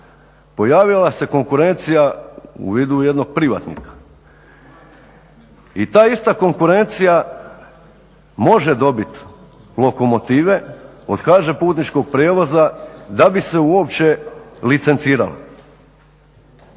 Pojavila se konkurencija u vidu jednog privatnika i ta ista konkurencija može dobiti lokomotive od Hž Putničkog prijevoza da bi se uopće licencirala.